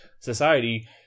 society